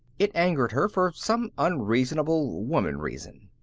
it angered her for some unreasonable woman-reason.